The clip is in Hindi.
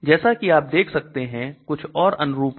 जैसा कि आप देख सकते हैं कुछ और अनुरूप हैं